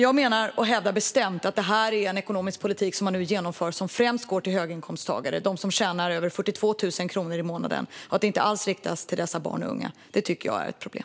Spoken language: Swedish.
Jag hävdar bestämt att den ekonomiska politik man nu genomför främst ger pengar till höginkomsttagare - de som tjänar över 42 000 kronor i månaden - och att den inte alls riktas till barn och unga. Det tycker jag är ett problem.